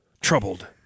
Troubled